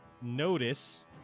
notice